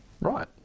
right